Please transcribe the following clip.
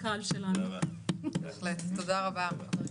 בהחלט, תודה רבה.